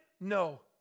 No